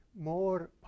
more